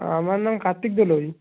আমার নাম কার্তিক দলুই